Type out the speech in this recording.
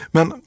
Men